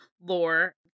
lore